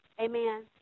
Amen